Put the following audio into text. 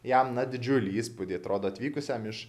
jam na didžiulį įspūdį atrodo atvykusiam iš